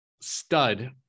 stud